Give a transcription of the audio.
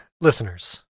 listeners